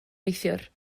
neithiwr